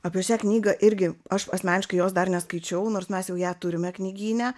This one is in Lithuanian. apie šią knygą irgi aš asmeniškai jos dar neskaičiau nors mes jau ją turime knygyne